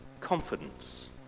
confidence